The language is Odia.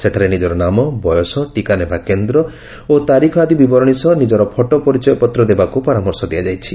ସେଠାରେ ନିଜର ନାମ ବୟସ ଟିକା ନେବା କେନ୍ଦ୍ର ଓ ତାରିଖ ଆଦି ବିବରଣୀ ସହ ନିଜର ଫଟୋ ପରିଚୟପତ୍ର ଦେବାକୁ ପରାମର୍ଶ ଦିଆଯାଇଛି